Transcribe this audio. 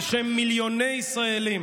בשם מיליוני ישראלים